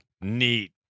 Neat